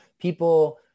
People